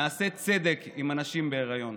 נעשה צדק עם הנשים בהיריון.